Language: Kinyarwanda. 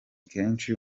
kenshi